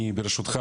אני ברשותך,